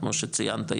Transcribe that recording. כמו שציינת,